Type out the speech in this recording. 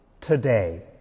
today